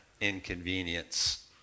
inconvenience